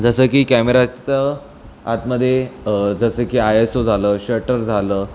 जसं की कॅमेराचं आतमध्ये जसं की आय एस ओ झालं शटर झालं